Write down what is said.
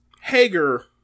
Hager